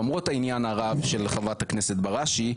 למרות העניין הרב של חברת הכנסת בראשי,